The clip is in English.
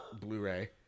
Blu-ray